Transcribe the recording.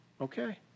Okay